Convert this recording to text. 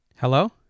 Hello